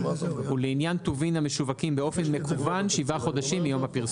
ולעניין טובין המשווקים באופן מקוון שבעה חודשים מיום הפרסום.